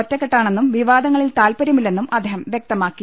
ഒറ്റക്കെട്ടാണെന്നും വിവാദങ്ങളിൽ താൽപര്യമില്ലെന്നും അദ്ദേഹം വൃക്തമാക്കി